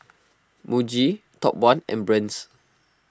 Muji Top one and Brand's